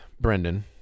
Brendan